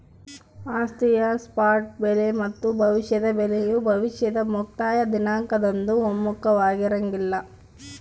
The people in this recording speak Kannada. ಆಸ್ತಿಯ ಸ್ಪಾಟ್ ಬೆಲೆ ಮತ್ತು ಭವಿಷ್ಯದ ಬೆಲೆಯು ಭವಿಷ್ಯದ ಮುಕ್ತಾಯ ದಿನಾಂಕದಂದು ಒಮ್ಮುಖವಾಗಿರಂಗಿಲ್ಲ